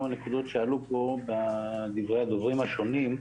נקודות שעלו פה בדברי הדוברים השונים.